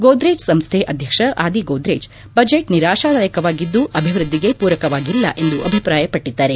ಗೋದ್ರೇಜ್ ಸಂಸ್ಥೆ ಅಧ್ಯಕ್ಷ ಆದಿ ಗೋದ್ರೇಜ್ ಬಜೆಟ್ ನಿರಾಶದಾಯಕವಾಗಿದ್ದು ಅಭಿವೃದ್ದಿಗೆ ಪೂರಕವಾಗಿಲ್ಲ ಎಂದು ಅಭಿಪ್ರಾಯಪಟ್ಟದ್ಗಾರೆ